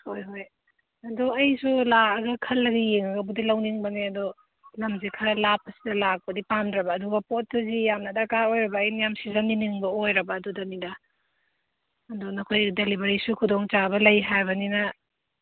ꯍꯣꯏ ꯍꯣꯏ ꯑꯗꯨ ꯑꯩꯁꯨ ꯂꯥꯛꯑꯒ ꯈꯜꯂꯒ ꯌꯦꯡꯉꯒꯕꯨꯗꯤ ꯂꯧꯅꯤꯡꯕꯅꯦ ꯑꯗꯣ ꯂꯝꯁꯦ ꯈꯔ ꯂꯥꯞꯄꯁꯤꯗ ꯂꯥꯛꯄꯗꯤ ꯄꯥꯝꯗ꯭ꯔꯕ ꯑꯗꯨꯒ ꯄꯣꯠꯇꯨꯗꯤ ꯌꯥꯝꯅ ꯗꯔꯀꯥꯔ ꯑꯣꯏꯔꯕ ꯑꯩꯅ ꯌꯥꯝ ꯁꯤꯖꯟꯅꯅꯤꯡꯕ ꯑꯣꯏꯔꯕ ꯑꯗꯨꯅꯤꯗ ꯑꯗꯨ ꯅꯈꯣꯏ ꯗꯦꯂꯤꯚꯔꯤꯁꯨ ꯈꯨꯗꯣꯡꯆꯥꯕ ꯂꯩ ꯍꯥꯏꯕꯅꯤꯅ